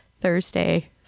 Thursday